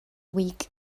week